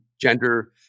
gender